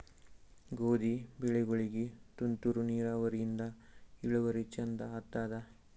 ಗೋಧಿ ಬೆಳಿಗೋಳಿಗಿ ತುಂತೂರು ನಿರಾವರಿಯಿಂದ ಇಳುವರಿ ಚಂದ ಆತ್ತಾದ?